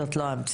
זאת לא המציאות.